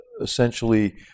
essentially